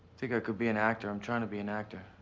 think i could be an actor, i'm tryin' to be an actor.